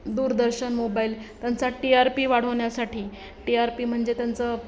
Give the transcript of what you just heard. दूरदर्शन mobile त्यांचा T R P वाढवण्यासाठी T R P म्हणजे त्यांचं